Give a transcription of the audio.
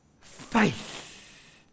faith